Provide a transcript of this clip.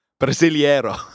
Brasileiro